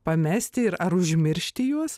pamesti ir ar užmiršti juos